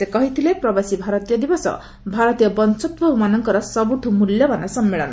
ସେ କହିଥିଲେ ପ୍ରବାସୀ ଭାରତୀୟ ଦିବସ ଭାରତୀୟ ବଂଶୋଭବମାନଙ୍କର ସବୁଠୁ ମୁଲ୍ୟବାନ ସମ୍ମେଳନ